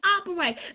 operate